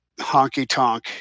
honky-tonk